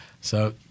So-